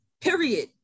Period